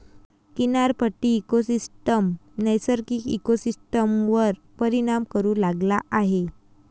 किनारपट्टी इकोसिस्टम नैसर्गिक इकोसिस्टमवर परिणाम करू लागला आहे